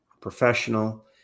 professional